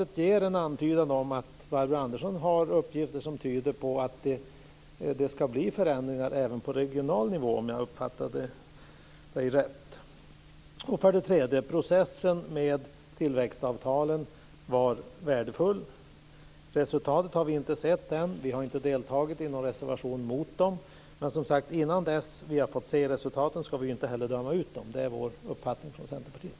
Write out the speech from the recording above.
I Barbro Andersson Öhrns anförande antyds att hon har uppgifter som tyder på att det ska bli en förändring även på regional nivå, om jag uppfattade Barbro Andersson Öhrn rätt. För det tredje var processen med tillväxtavtalen värdefull. Resultatet har vi inte sett än. Vi står inte bakom någon reservation mot dem. Men, som sagt, innan vi har fått se resultatet ska vi inte heller döma ut dem. Det är vår uppfattning från Centerpartiet.